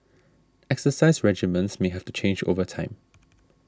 exercise regimens may have to change over time